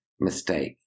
mistake